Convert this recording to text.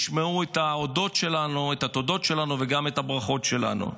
ישמעו את התודות שלנו וגם את הברכות שלנו.